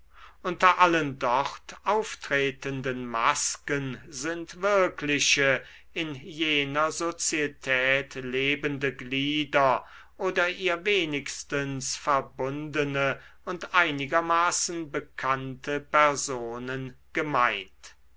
unter allen dort auftretenden masken sind wirkliche in jener sozietät lebende glieder oder ihr wenigstens verbundene und einigermaßen bekannte personen gemeint